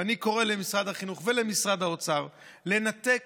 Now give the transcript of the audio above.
ואני קורא למשרד החינוך ולמשרד האוצר לנתק